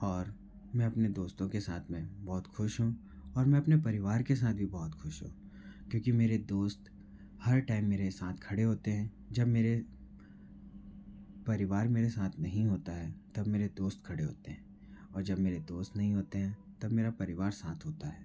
और मैं अपने दोस्तों के साथ में बहुत खुश हूँ और मैं अपने परिवार के साथ भी बहुत खुश हूँ क्योंकि मेरे दोस्त हर टाइम मेरे सांथ खड़े होते हैं जब मेरे परिवार मेरे साथ नहीं होता है तब मेरे दोस्त खड़े होते हैं और जब मेरे दोस्त नहीं होते हैं तब मेरा परिवार साथ होता है